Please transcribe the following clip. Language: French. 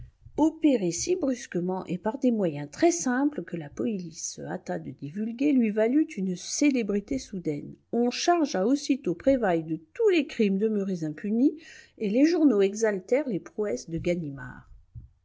opérée si brusquement et par des moyens très simples que la police se hâta de divulguer lui valut une célébrité soudaine on chargea aussitôt prévailles de tous les crimes demeurés impunis et les journaux exaltèrent les prouesses de ganimard